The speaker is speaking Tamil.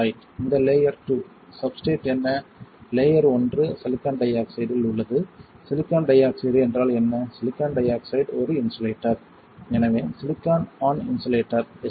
ரைட் இது லேயர் டூ சப்ஸ்ட்ரேட் என்ன லேயர் ஒன்று சிலிக்கான் டை ஆக்சைடில் உள்ளது சிலிக்கான் டை ஆக்சைடு என்றால் என்ன சிலிக்கான் டை ஆக்சைடு ஒரு இன்சுலேட்டர் எனவே சிலிக்கான் ஆன் இன்சுலேட்டர் SOI